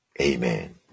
Amen